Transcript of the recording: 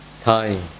time